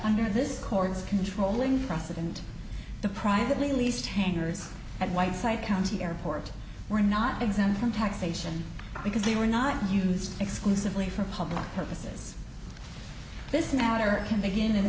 under this court's controlling process and the privately least hangars and whiteside county airport were not exempt from taxation because they were not used exclusively for public purposes this matter can begin and